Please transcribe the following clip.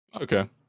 Okay